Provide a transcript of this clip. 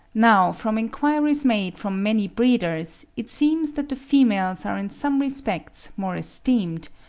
now from enquiries made from many breeders, it seems that the females are in some respects more esteemed,